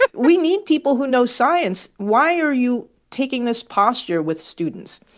ah we need people who know science. why are you taking this posture with students?